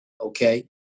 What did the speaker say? okay